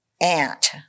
aunt